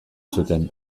zuten